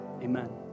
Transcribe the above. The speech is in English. amen